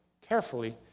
carefully